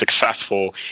successful